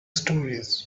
stories